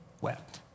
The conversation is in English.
wept